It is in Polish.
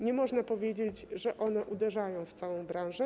Nie można powiedzieć, że one uderzają w całą branżę.